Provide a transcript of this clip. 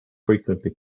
frequently